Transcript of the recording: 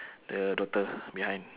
the daughter behind